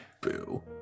Boo